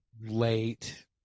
Late